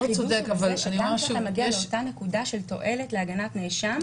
החידוש הוא בזה שגם אם אתה מגיע לאותה נקודה של תועלת להגנת נאשם,